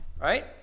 right